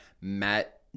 Matt